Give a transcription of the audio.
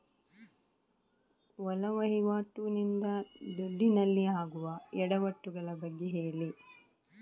ಒಳ ವಹಿವಾಟಿ ನಿಂದ ದುಡ್ಡಿನಲ್ಲಿ ಆಗುವ ಎಡವಟ್ಟು ಗಳ ಬಗ್ಗೆ ಹೇಳಿ